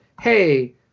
hey